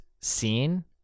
scene